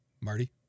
Marty